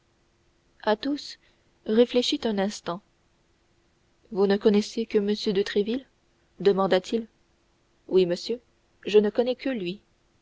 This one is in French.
amis athos réfléchit un instant vous ne connaissez que m de tréville demanda-t-il oui monsieur je ne connais que lui